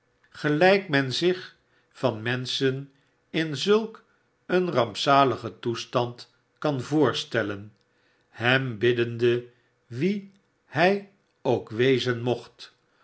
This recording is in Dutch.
gelijk men zich van menschen in zulk een rampzaligen toestand kan voorstellen hem biddende wie hij ook wezen mocht